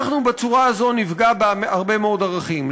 אנחנו בצורה הזאת נפגע בהרבה מאוד ערכים.